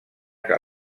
que